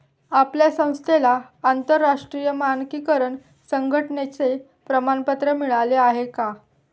आपल्या संस्थेला आंतरराष्ट्रीय मानकीकरण संघटने चे प्रमाणपत्र मिळाले आहे का?